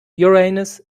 uranus